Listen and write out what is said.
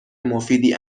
مفیدی